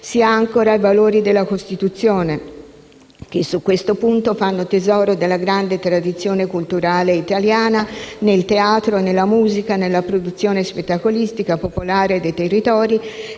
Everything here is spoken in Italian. si ancora ai valori della Costituzione, che su questo punto fanno tesoro della grande tradizione culturale italiana nel teatro, nella musica, nella produzione spettacolistica popolare dei territori